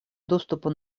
доступа